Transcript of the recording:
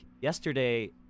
yesterday